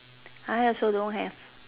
I also don't have